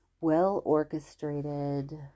well-orchestrated